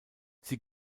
sie